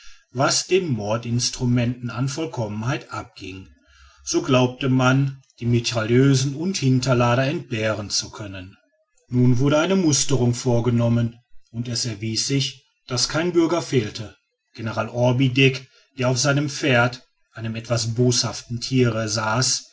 was den mordinstrumenten an vollkommenheit abging so glaubte man die mitrailleusen und hinterlader entbehren zu können nun wurde eine musterung vorgenommen und es erwies sich daß kein bürger fehlte general orbideck der auf seinem pferde einem etwas boshaften thiere saß